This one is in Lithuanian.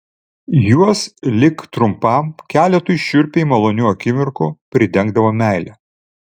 juos lik trumpam keletui šiurpiai malonių akimirkų pridengdavo meile